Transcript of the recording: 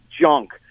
junk